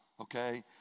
okay